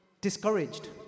discouraged